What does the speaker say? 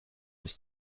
ist